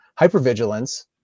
hypervigilance